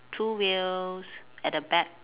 two wheels at the back